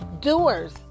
doers